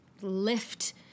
lift